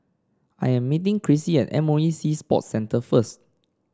I am meeting Krissy at M O E Sea Sports Centre first